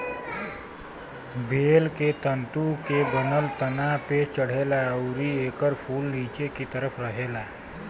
बेल तंतु के बनल तना पे चढ़ेला अउरी एकर फूल निचे की तरफ रहेला